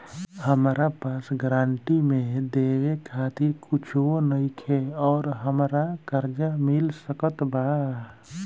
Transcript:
हमरा पास गारंटी मे देवे खातिर कुछूओ नईखे और हमरा कर्जा मिल सकत बा?